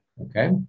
Okay